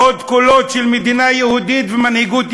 עוד קולות של מדינה יהודית ומנהיגות יהודית,